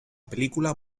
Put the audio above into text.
película